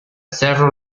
cerro